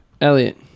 Elliot